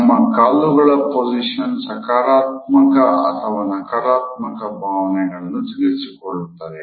ನಮ್ಮ ಕಾಲುಗಳ ಪೊಸಿಷನ್ ಸಕಾರಾತ್ಮಕ ಅಥವಾ ನಕಾರಾತ್ಮಕ ಭಾವನೆಗಳನ್ನು ತಿಳಿಸಿಕೊಡುತ್ತದೆ